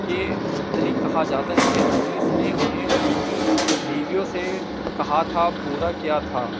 کہ مطلق کہا جاتا ہے کہ انیس نے انہیں ان کی بیویوں سے کہا تھا پورا کیا تھا